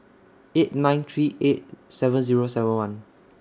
eight nine three eight seven Zero seven one